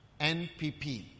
NPP